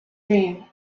dream